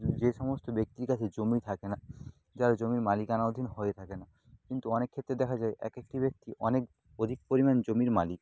যে সমস্ত ব্যক্তির কাছে জমি থাকে না যারা জমি মালিকানা অধীন হয়ে থাকে না কিন্তু অনেক ক্ষেত্রে দেখা যায় এক একটি ব্যক্তি অনেক অধিক পরিমাণ জমির মালিক